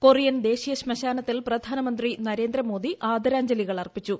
Korean ദേശീയ ശ്മശ്ാനത്തിൽ പ്രധാനമന്ത്രി നരേന്ദ്രമോദി ആദരാഞ്ജലികൾ അർപ്പിച്ചു